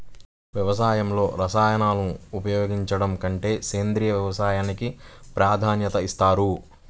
వ్యవసాయంలో రసాయనాలను ఉపయోగించడం కంటే సేంద్రియ వ్యవసాయానికి ప్రాధాన్యత ఇస్తారు